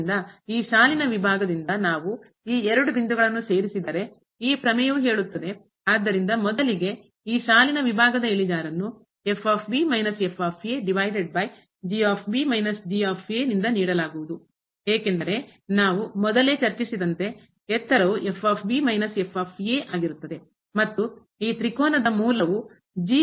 ಆದ್ದರಿಂದ ಈ ಸಾಲಿನ ವಿಭಾಗ ದಿಂದ ನಾವು ಈ ಎರಡು ಬಿಂದು ಗಳನ್ನು ಸೇರಿಸಿದರೆ ಈ ಪ್ರಮೇಯವು ಹೇಳುತ್ತದೆ ಆದ್ದರಿಂದ ಮೊದಲಿಗೆ ಈ ಸಾಲಿನ ವಿಭಾಗದ ಇಳಿಜಾರನ್ನು ಏಕೆಂದರೆ ನಾವು ಮೊದಲೇ ಚರ್ಚಿಸಿದಂತೆ ಎತ್ತರವು ಮತ್ತು ಈ ತ್ರಿಕೋನದ ಮೂಲ ವು